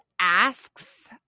asks